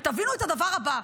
ותבינו את הדבר הבא,